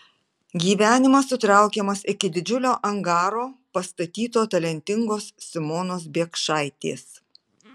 gyvenimas sutraukiamas iki didžiulio angaro pastatyto talentingos simonos biekšaitės